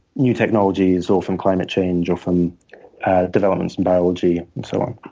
new technology is often climate change, or from developments in biology and so on.